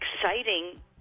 exciting